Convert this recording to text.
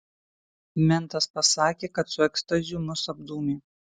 mentas pasakė kad su ekstazių mus apdūmė